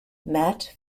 matt